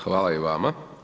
Hvala i vama.